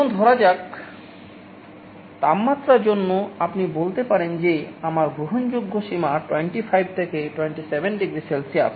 যেমন বলা যাক তাপমাত্রার জন্য আপনি বলতে পারেন যে আমার গ্রহণযোগ্য সীমা 25 থেকে 27 ডিগ্রি সেলসিয়াস